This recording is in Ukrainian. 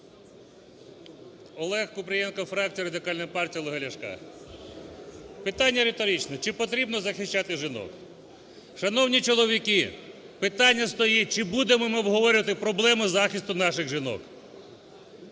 Олег Купрієнко, фракція Радикальної партії Олега Ляшка. Питання риторичне: чи потрібно захищати жінок? Шановні чоловіки, питання стоїть чи будемо ми обговорювати проблему захисту наших жінок.